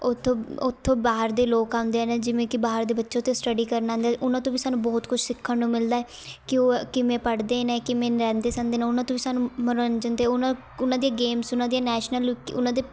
ਉੱਥੋਂ ਉੱਥੋਂ ਬਾਹਰ ਦੇ ਲੋਕ ਆਉਂਦੇ ਨੇ ਜਿਵੇਂ ਕਿ ਬਾਹਰ ਦੇ ਬੱਚੇ ਉੱਥੇ ਸਟੱਡੀ ਕਰਨ ਆਉਂਦੇ ਉਹਨਾਂ ਤੋਂ ਵੀ ਸਾਨੂੰ ਬਹੁਤ ਕੁਛ ਸਿੱਖਣ ਨੂੰ ਮਿਲਦਾ ਹੈ ਕਿ ਉਹ ਕਿਵੇਂ ਪੜ੍ਹਦੇ ਨੇ ਕਿਵੇਂ ਰਹਿੰਦੇ ਸਹਿੰਦੇ ਨੇ ਉਹਨਾਂ ਤੋਂ ਵੀ ਸਾਨੂੰ ਮਨੋਰੰਜਨ ਅਤੇ ਉਹਨਾਂ ਉਹਨਾਂ ਦੀਆਂ ਗੇਮਸ ਉਹਨਾਂ ਦੀਆਂ ਨੈਸ਼ਨਲ ਉਨ੍ਹਾਂ ਦੇ